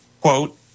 quote